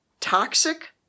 Toxic